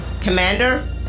Commander